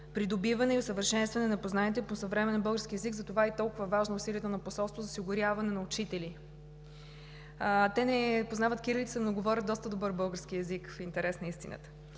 придобиване и усъвършенстване на познанията по съвременен български език. Затова са и толкова важни усилията на посолството за осигуряване на учители. Те не познават кирилицата, но говорят доста добър български език, в интерес на истината.